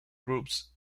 groups